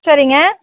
சரிங்க